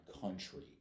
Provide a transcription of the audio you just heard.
country